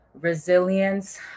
resilience